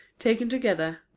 taken together,